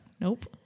Nope